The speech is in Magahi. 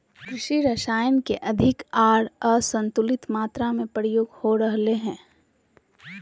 कृषि रसायन के अधिक आर असंतुलित मात्रा में प्रयोग हो रहल हइ